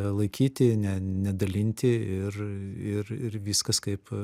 laikyti ne nedalinti ir ir ir viskas kaip